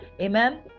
amen